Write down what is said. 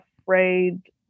afraid